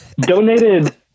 donated